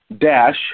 dash